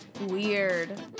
weird